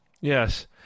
Yes